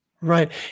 right